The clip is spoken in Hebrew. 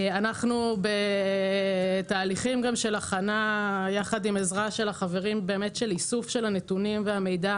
אנחנו בתהליכים של הכנה יחד עם עזרה של החברים לאיסוף הנתונים והמידע